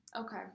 Okay